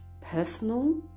personal